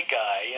guy